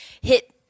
hit